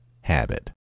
habit